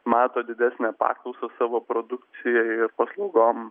mato didesnę paklausą savo produkcijai ir paslaugom